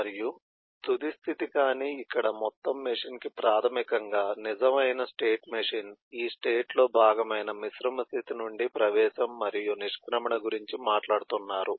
మరియు తుది స్థితి కానీ ఇక్కడ మొత్తం మెషీన్ కి ప్రాథమికంగా నిజం అయిన స్టేట్ మెషిన్ ఈ స్టేట్ లో భాగమైన మిశ్రమ స్థితి నుండి ప్రవేశం మరియు నిష్క్రమణ గురించి మాట్లాడుతున్నారు